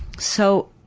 so,